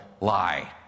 lie